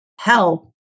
help